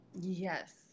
Yes